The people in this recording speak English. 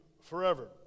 forever